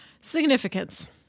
significance